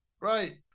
Right